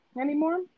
anymore